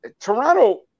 Toronto